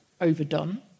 overdone